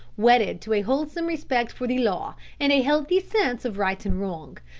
wedded to a wholesome respect for the law, and a healthy sense of right and wrong.